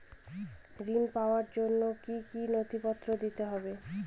ঋণ পাবার জন্য কি কী নথিপত্র দিতে হবে?